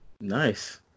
Nice